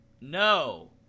No